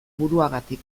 buruagatik